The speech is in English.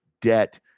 debt –